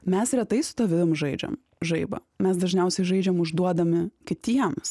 mes retai su tavim žaidžiam žaibą mes dažniausiai žaidžiam užduodami kitiems